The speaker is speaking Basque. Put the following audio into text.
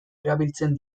erabiltzen